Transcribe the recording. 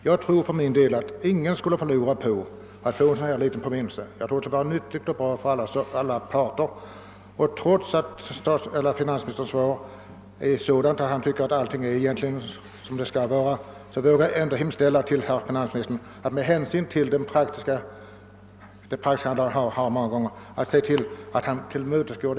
Jag tror att det vore bra för alla parter om en sådan här påminnelse skickades ut också när det gäller automobilskatten. Och trots att finansministern i svaret anser att allting egentligen är som det skall vara vill jag — med tanke på det praktiska handlag som finansministern många gånger visat sig ha — hemställa att finansministern tillmötesgår detta önskemål.